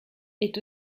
est